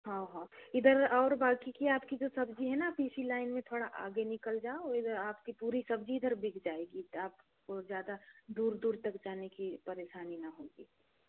हाँ हाँ इधर और बाकी की आपकी जो सब्ज़ी है ना इसी लाइन में थोड़ा आगे निकल जाओ इधर आपकी पूरी सब्ज़ी इधर बिक जाएगी आपको ज़्यादा दूर दूर तक जाने की परेशानी ना होगी